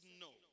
no